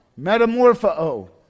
Metamorpho